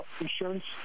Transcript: insurance